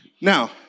Now